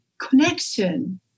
connection